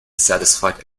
satisfied